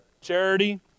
Charity